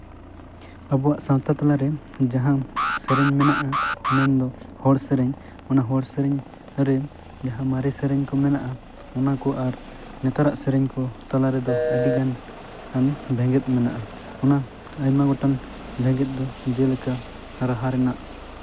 ᱟᱵᱚᱣᱟᱜ ᱥᱟᱶᱛᱟ ᱛᱟᱞᱟᱨᱮ ᱡᱟᱦᱟᱸ ᱥᱮᱨᱮᱧ ᱢᱮᱱᱟᱜᱼᱟ ᱢᱮᱱ ᱫᱚ ᱦᱚᱲ ᱥᱮᱨᱮᱧ ᱚᱱᱟ ᱦᱚᱲ ᱥᱮᱨᱮᱧ ᱨᱮ ᱡᱟᱦᱟᱸ ᱢᱟᱨᱮ ᱥᱮᱨᱮᱧ ᱠᱚ ᱢᱮᱱᱟᱜᱼᱟ ᱚᱱᱟ ᱠᱚ ᱟᱨ ᱱᱮᱛᱟᱨᱟᱜ ᱥᱮᱨᱮᱧ ᱠᱚ ᱛᱟᱞᱟ ᱨᱮᱫᱚ ᱟᱹᱰᱤᱜᱟᱱ ᱥᱮᱨᱮᱧ ᱠᱚ ᱢᱮᱱᱟᱜᱼᱟ ᱚᱱᱟ ᱟᱭᱢᱟ ᱞᱮᱠᱟᱱ ᱵᱷᱮᱜᱮᱫ ᱫᱚ ᱡᱮᱞᱮᱠᱟ ᱟᱨ ᱨᱟᱦᱟ ᱨᱮᱱᱟᱜ